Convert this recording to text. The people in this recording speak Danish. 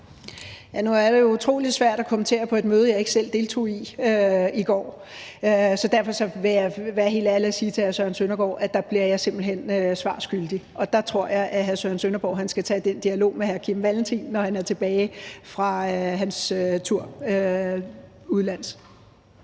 Nu er det jo utrolig svært at kommentere på et møde, jeg ikke selv deltog i, i går, så derfor vil jeg være helt ærlig og sige til hr. Søren Søndergaard, at der bliver jeg simpelt hen svar skyldig, og der tror jeg, at Søren Søndergaard skal tage den dialog med hr. Kim Valentin, når han er tilbage fra sin tur udenlands.